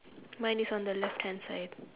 mine is on the left hand side